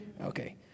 Okay